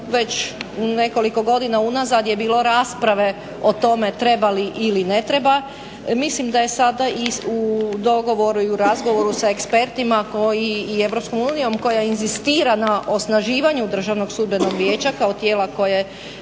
već nekoliko godina unazad je bilo rasprave o tome treba li ili ne treba. mislim da je sada u dogovoru i razgovoru sa ekspertima i EU koja inzistira na osnaživanju Državnog sudbenog vijeća kao tijela koje